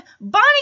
Bonnie